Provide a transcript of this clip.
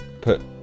put